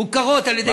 מוכרות על-ידי משרד,